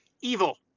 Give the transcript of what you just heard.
Evil